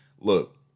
look